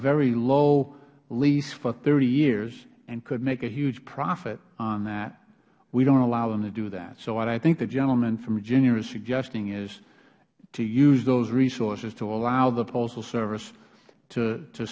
very low lease for thirty years and could make a huge profit on that we dont allow them to do that so what i think the gentleman from virginia is suggesting is to use those resources to allow the postal service to